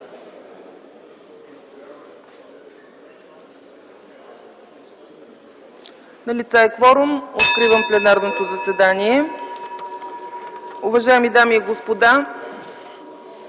Налице е кворум, откривам пленарното заседание. (Звъни.) Уважаеми дами и господа,